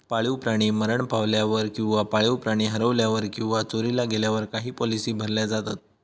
पाळीव प्राणी मरण पावल्यावर किंवा पाळीव प्राणी हरवल्यावर किंवा चोरीला गेल्यावर काही पॉलिसी भरल्या जातत